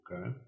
Okay